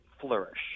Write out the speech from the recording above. flourish